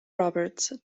roberts